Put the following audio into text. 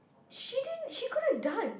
she didn't she couldn't dance